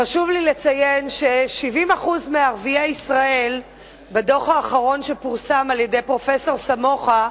חשוב לי לציין שלפי הדוח האחרון שפורסם על-ידי פרופסור סמוחה,